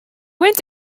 went